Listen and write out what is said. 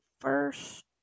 first